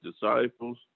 disciples